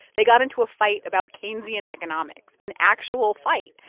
they got into a fight about keynesian economics. an actual fight.